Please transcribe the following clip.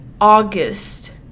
August